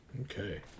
Okay